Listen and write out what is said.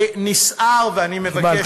אני נסער, ואני מבקש ממך.